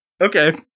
Okay